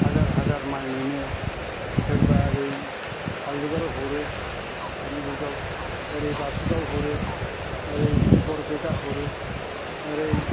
हाजार हाजार माइ मोनो सोरबा ओरै खाजिगर हरो दानि जुगाव ओरै बासुगाव हरो ओरै बरपेटा हरो ओरै